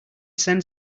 send